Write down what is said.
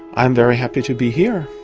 i am very happy to be here.